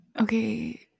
okay